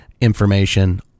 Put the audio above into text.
information